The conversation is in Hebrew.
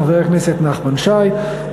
חבר הכנסת נחמן שי,